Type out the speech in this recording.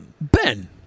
Ben